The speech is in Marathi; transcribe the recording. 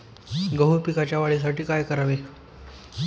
गहू पिकाच्या वाढीसाठी काय करावे?